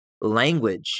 language